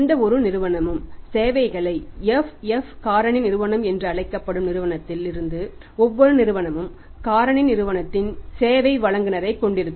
எந்தவொரு நிறுவனமும் சேவைகளை FF காரணி நிறுவனம் என்று அழைக்கப்படும் நிறுவனத்தில் இருந்து ஒவ்வொரு நிறுவனமும் காரணி நிறுவனத்தின் சேவை வழங்குநரை கொண்டிருக்கும்